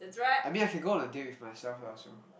I mean I can go on a date with myself lah so